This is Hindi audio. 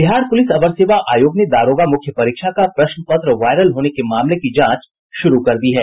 बिहार पुलिस अवर सेवा आयोग ने दारोगा मुख्य परीक्षा का प्रश्न पत्र वायरल होने के मामले की जांच शुरू कर दी है